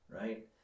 right